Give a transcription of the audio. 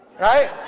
right